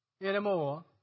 anymore